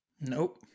Nope